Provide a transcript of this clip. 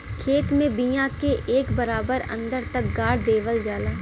खेत में बिया के एक बराबर अन्दर तक गाड़ देवल जाला